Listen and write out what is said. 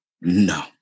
No